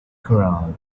corral